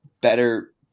better